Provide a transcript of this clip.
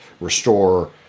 restore